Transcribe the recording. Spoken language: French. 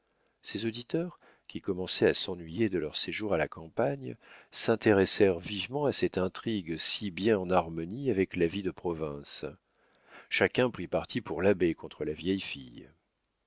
ses auditeurs qui commençaient à s'ennuyer de leur séjour à la campagne s'intéressèrent vivement à cette intrigue si bien en harmonie avec la vie de province chacun prit parti pour l'abbé contre la vieille fille